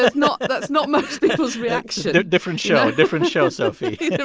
that's not that's not most people's reaction different show, different show, sophie